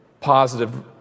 positive